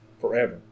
forever